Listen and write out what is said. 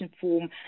form